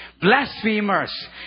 Blasphemers